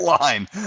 line